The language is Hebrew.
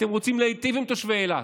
אתם רוצים להיטיב עם תושבי אילת.